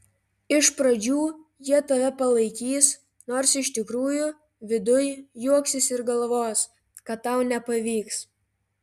iš pradžių jie tave palaikys nors iš tikrųjų viduj juoksis ir galvos kad tau nepavyks